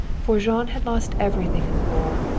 for jean had lost everything in the war.